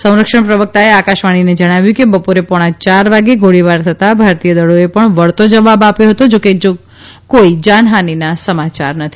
સંરક્ષણ પ્રવક્તાએ આકાશવાણીને જણાવ્યું કે બપોરે પોણા યાર વાગે ગોળીબાર થતાં ભારતીય દળોએ પણ વળતો જવાબ આપ્યો છે જા કે કોઇ જાનહાનીના સમાયાર નથી